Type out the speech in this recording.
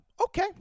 okay